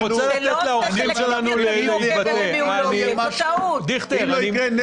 אני רוצה לתת גם לאורחים שלנו להתבטא --- אם לא יקרה נס